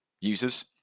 users